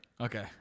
Okay